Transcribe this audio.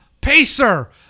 Pacer